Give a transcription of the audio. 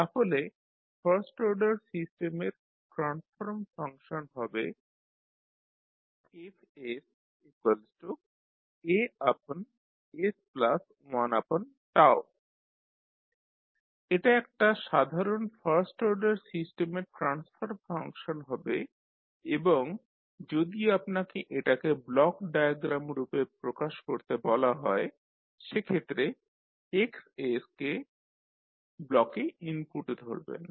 তাহলে first order সিস্টেমের transform function হবে FsAs1 এটা একটা সাধারণ ফার্স্ট অর্ডার সিস্টেমের ট্রান্সফর্ম ফাংশন হবে এবং যদি আপনাকে এটাকে ব্লক ডায়াগ্রাম রূপে প্রকাশ করতে বলা হয় সেক্ষেত্রে X কে ব্লকে ইনপুট ধরবেন